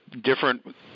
different